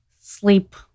sleep